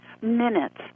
minutes